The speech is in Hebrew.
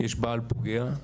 יש בעל פוגע,